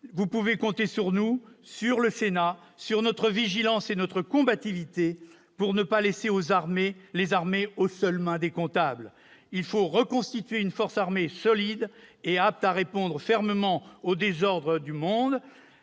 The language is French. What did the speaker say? Vous pouvez compter sur le Sénat, sur notre vigilance et notre combativité pour ne pas laisser les armées aux seules mains des comptables. Il faut reconstituer une force armée solide et apte à répondre fermement aux désordres du monde.